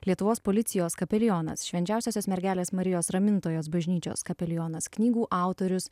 lietuvos policijos kapelionas švenčiausiosios mergelės marijos ramintojos bažnyčios kapelionas knygų autorius